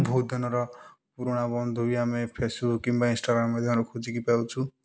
ବହୁତ ଦିନର ପୁରୁଣା ବନ୍ଧୁ ବି ଆମେ ଫେସ୍ବୁକ୍ କିମ୍ବା ଇନଷ୍ଟାଗ୍ରାମ୍ ମାଧ୍ୟମରେ ଖୋଜିକି ପାଉଛୁ